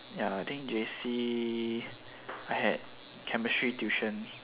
ya I think J_C I had chemistry tuition